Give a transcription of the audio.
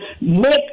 make